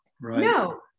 No